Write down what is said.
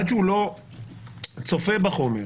עד שהוא לא צופה בחומר,